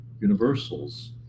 universals